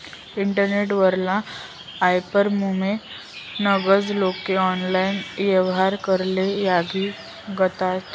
internet वरला यापारमुये गनज लोके ऑनलाईन येव्हार कराले लागी गयात